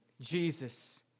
Jesus